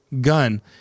Gun